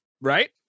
right